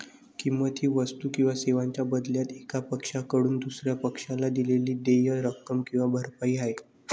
किंमत ही वस्तू किंवा सेवांच्या बदल्यात एका पक्षाकडून दुसर्या पक्षाला दिलेली देय रक्कम किंवा भरपाई आहे